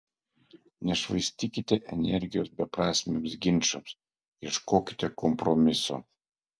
nešvaistykite energijos beprasmiams ginčams ieškokite kompromiso